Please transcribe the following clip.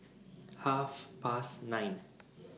Half Past nine